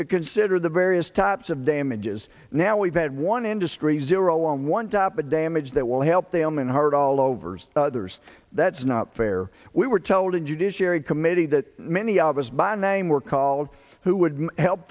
to consider the various types of damages now we've had one industry zero on one topic damage that will help them and hurt all over the years that's not fair we were told in judiciary committee that many of us by name were called who would help